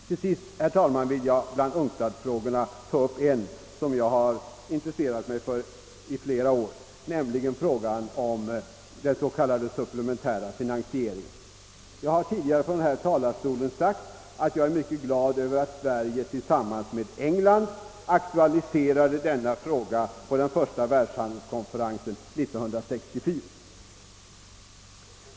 Till sist vill jag, herr talman, bland UNCTAD-frågorna ta upp en som jag har intresserat mig för flera år, nämligen frågan om den s.k. supplementära finansieringen. Jag har tidigare från denna talarstol sagt att jag är mycket glad över att Sverige tillsammans med England aktualiserade denna fråga på den första världshandelskonferensen 1964.